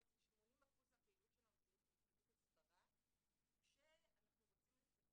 בעצם 80% מהפעילות שלנו תהיה פעילות הסברה כשאנחנו רוצים לפתח